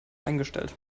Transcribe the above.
eingestellt